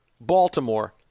Baltimore